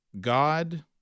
God